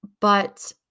But-